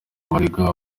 abaregwa